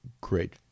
great